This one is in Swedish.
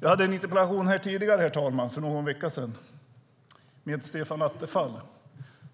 Jag hade en interpellationsdebatt för någon vecka sedan med Stefan Attefall